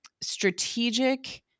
strategic